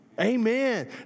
Amen